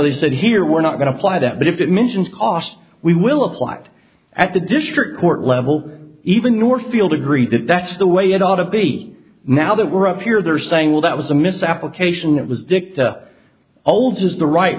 they said here we're not going to apply that but if it mentions costs we will apply it at the district court level even northfield agree that that's the way it ought to be now that we're up here they're saying well that was a misapplication that was dicta old is the right